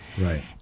Right